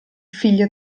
figlia